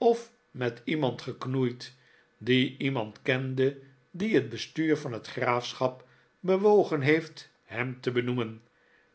of met iemand geknoeid die iemand kende die het bestuur van het graafschap bewogen heeft hem te benoemen